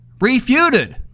refuted